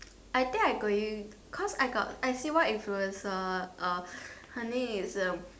I think I going cause I got I see one influencer uh her name is uh